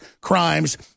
crimes